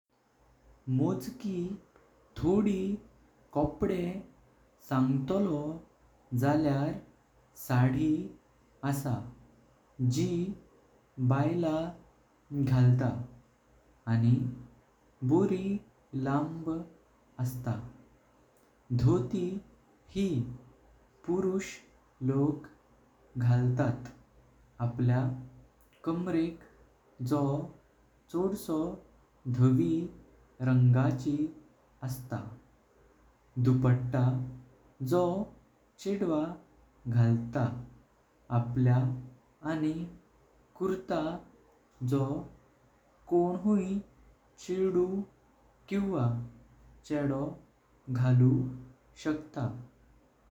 मोजकी थोड़ी कोपडे सांगतलो झाल्यार साडी आसा जी बायलां घालत। आनी बोरी लाम्ब आस्ता, धोती जी पुरुष लोक घालत आपल्या कामरेक जो चौदशो धवी रंगाची आस्ता। दुपटा जो छेडवा घालत आपलय आनी कुर्ता जो कोण हुई छेडो किवा छेडु घालु शकता।